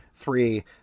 three